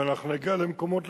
ואנחנו נגיע למקומות,